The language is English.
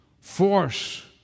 Force